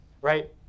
right